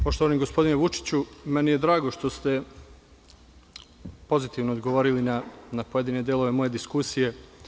Poštovani gospodine Vučiću, meni je drago što ste pozitivno odgovorili na pojedine delove moje diskusije.